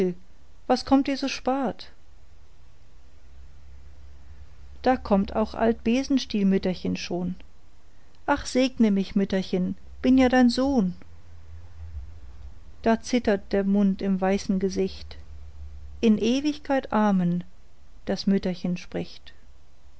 was kommt ihr so spat da kommt auch alt besenstielmütterchen schon ach segne mich mütterchen bin ja dein sohn da zittert der mund im weißen gesicht in ewigkeit amen das mütterchen spricht